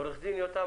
עורך דין יותם